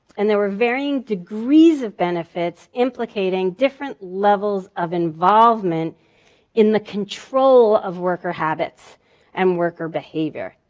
and there were varying degrees of benefits implicating different levels of involvement in the control of worker habits and worker behavior.